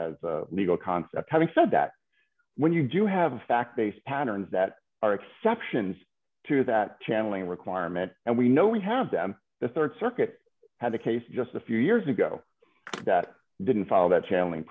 the legal concept having said that when you do have a fact based patterns that are exceptions to that channelling requirement and we know we have them the rd circuit had a case just a few years ago that didn't follow that channeling